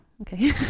okay